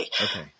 Okay